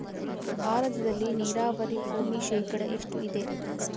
ಭಾರತದಲ್ಲಿ ನೇರಾವರಿ ಭೂಮಿ ಶೇಕಡ ಎಷ್ಟು ಇದೆ?